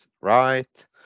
right